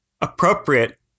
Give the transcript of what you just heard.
appropriate